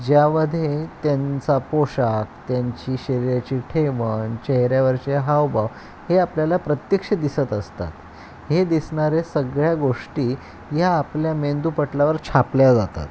ज्यामध्ये त्यांचा पोशाख त्यांची शरीराची ठेवण चेहऱ्यावरचे हावभाव हे आपल्याला प्रत्यक्ष दिसत असतात हे दिसणारे सगळ्या गोष्टी या आपल्या मेंदू पटलावर छापल्या जातात